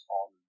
on